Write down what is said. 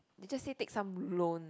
he just say take some loan ah